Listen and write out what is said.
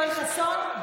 יואל חסון,